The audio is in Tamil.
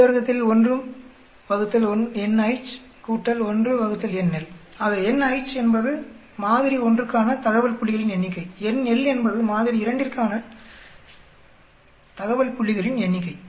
ஆக nH என்பது மாதிரி ஒன்றுக்கான தகவல் புள்ளிகளின் எண்ணிக்கை nL என்பது மாதிரி இரண்டிற்கான தகவல் புள்ளிகளின் எண்ணிக்கை